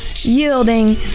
yielding